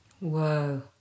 Whoa